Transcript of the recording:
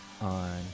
on